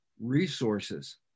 Resources